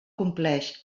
compleix